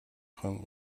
ахуйн